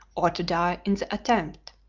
or to die in the attempt.